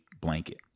blanket